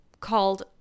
called